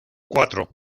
cuatro